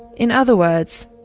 in other words,